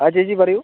ആ ചേച്ചി പറയൂ